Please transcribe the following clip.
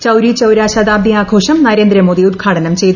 ചൌരി ചൌര ശതാബ്ദിയാഘോഷം നരേന്ദ്രമോദി ഉദ്ഘാടനം ചെയ്തു